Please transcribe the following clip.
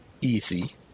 easy